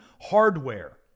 hardware